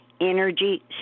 energy